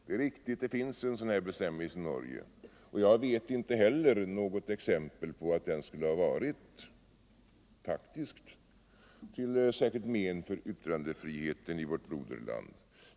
Det är riktigt att det finns en sådan här bestämmelse i Norge, och jag känner inte heller till något exempel på att den faktiskt skulle ha varit till särskilt men för yttrandefriheten i vårt broderland.